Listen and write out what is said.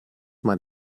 man